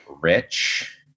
rich